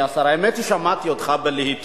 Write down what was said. האמת היא ששמעתי אותך בלהט,